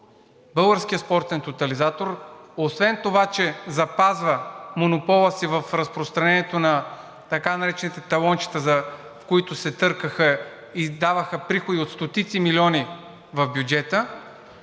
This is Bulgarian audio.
Българският спортен тотализатор, освен това, че запазва монопола си в разпространението на така наречените талончета, които се търкаха и даваха приходи от стотици милиони в бюджета,